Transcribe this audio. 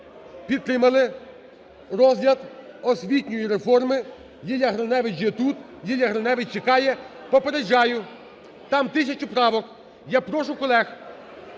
підтримали розгляд освітньої реформи? Лілія Гриневич є тут, Лілія Гриневич чекає. Попереджаю, там тисяча правок. Я прошу колег,